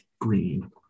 green